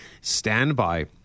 standby